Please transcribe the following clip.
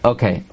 Okay